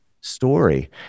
story